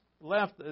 Left